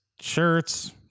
shirts